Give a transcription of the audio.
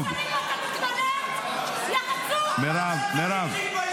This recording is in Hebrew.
אני מבקש מכולם לשבת, עוברים להצבעה.